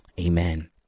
amen